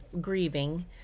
grieving